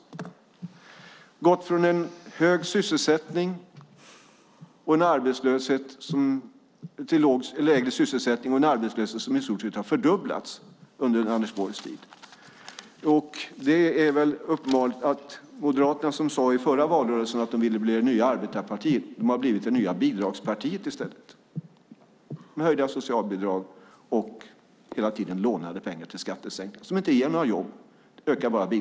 Han har gått från hög sysselsättning till lägre sysselsättning och en i stort sett fördubblad arbetslöshet. Det är uppenbart att Moderaterna som i den förra valrörelsen sade att man ville bli det nya arbetarpartiet i stället har blivit det nya bidragspartiet med höjda socialbidrag och lånade pengar till skattesänkningar - som inte ger några jobb.